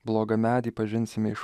blogą medį pažinsime iš